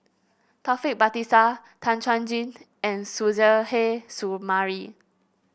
Taufik Batisah Tan Chuan Jin and Suzairhe Sumari